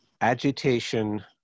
agitation